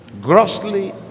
Grossly